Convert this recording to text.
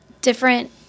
different